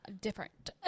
different